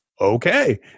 okay